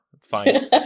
Fine